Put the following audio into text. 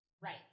Right